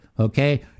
Okay